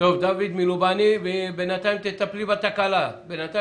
דוד מלובני, בבקשה, ובינתיים תטפלי בתקלה.